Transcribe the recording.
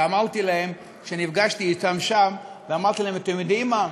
אמרתי להם, כשנפגשתי אתם שם: אתם יודעים מה,